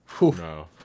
No